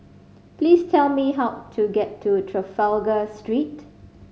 please tell me how to get to Trafalgar Street